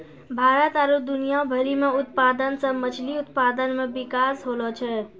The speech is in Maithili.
भारत आरु दुनिया भरि मे उत्पादन से मछली उत्पादन मे बिकास होलो छै